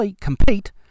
compete